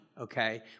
okay